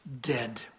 dead